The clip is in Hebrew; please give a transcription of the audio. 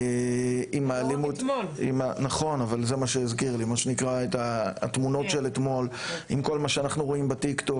התמונות של אתמול וכל מה שאנחנו רואים בטיקטוק.